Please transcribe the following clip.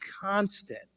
constant